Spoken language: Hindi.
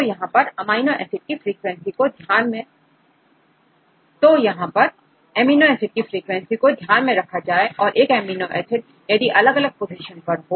तो यहां पर अमीनो एसिड की फ्रीक्वेंसी को ध्यान में रखा जाए और एक अमीनो एसिड यदि अलग अलग पोजीशन पर हो